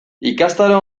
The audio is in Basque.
ikastaro